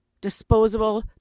disposable